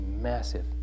massive